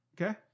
Okay